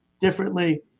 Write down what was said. differently